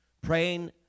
Praying